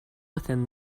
within